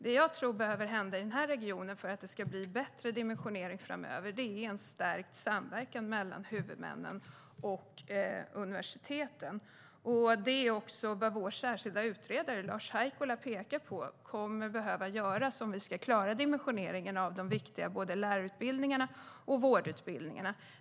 Det jag tror behövs i denna region för att det ska bli en bättre dimensionering framöver är stärkt samverkan mellan huvudmännen och universiteten. Det är också vad vår särskilda utredare Lars Haikola pekar på kommer att behövas om vi ska klara dimensioneringen av de viktiga lärar och vårdutbildningarna.